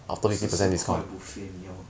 四十块 buffet 你要